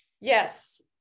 yes